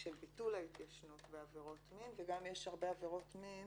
של ביטול ההתיישנות בעבירות מין וגם יש הרבה עבירות מין